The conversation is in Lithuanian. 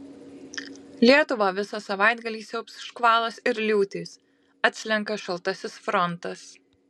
lietuvą visą savaitgalį siaubs škvalas ir liūtys atslenka šaltasis frontas